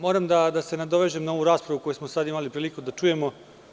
Moram da se nadovežem na ovu raspravu koju smo sada imali prilike da čujemo.